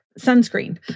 sunscreen